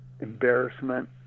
embarrassment